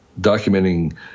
documenting